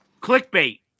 Clickbait